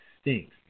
stinks